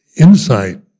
insight